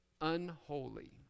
Unholy